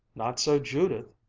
not so judith!